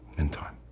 in time